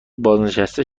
بازنشسته